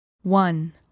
one